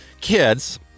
kids